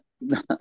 no